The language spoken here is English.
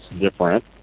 different